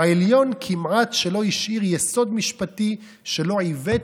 העליון כמעט שלא השאיר יסוד משפטי שלא עוות,